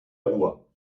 ruhr